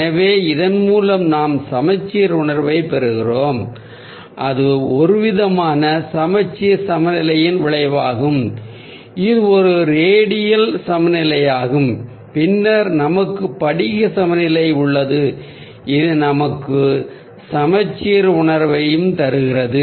எனவே இதன் மூலம் நாம் சமச்சீர் உணர்வைப் பெறுகிறோம் அது ஒருவிதமான சமச்சீர் சமநிலையின் விளைவாகும் இது ஒரு ரேடியல் சமநிலையாகும் பின்னர் நமக்கு படிக சமநிலை உள்ளது இது நமக்கு சமச்சீர் உணர்வையும் தருகிறது